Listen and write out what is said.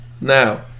Now